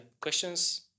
questions